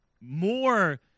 more